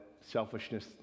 selfishness